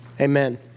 Amen